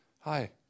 hi